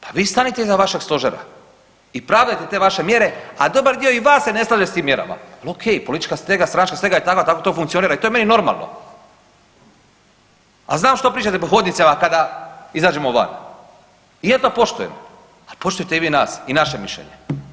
Pa vi stanite iza vašeg stožera i pravdajte te vaše mjere, a dobar dio i vas se ne slaže s tim mjerama, ali ok politička stega, stranačka stega je takva tako to funkcionira i to je meni normalno, al znam što pričate po hodnicima kada izađemo van. … poštujemo, ali poštujte i vi nas i naše mišljenje.